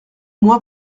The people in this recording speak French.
moi